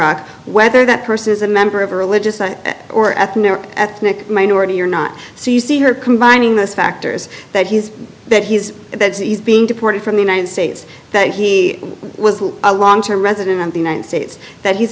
iraq whether that person is a member of a religious i or ethnic ethnic minority or not so you see her combining those factors that he's that he's that he's being deported from the united states that he was a long term resident of the united states that he's